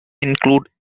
include